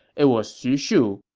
it was xu shu,